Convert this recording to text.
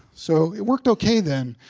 so it worked okay then.